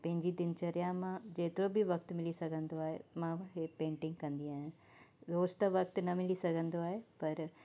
ऐं पंहिंजी दिनचर्या मां जेतिरो बि वक़्ति मिली सघंदो आहे मां हे पेंटिंग कंदी आहियां रोज़ु त वक़्ति न मिली सघंदो आहे पर